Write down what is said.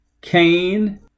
Cain